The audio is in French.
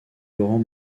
laurent